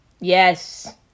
Yes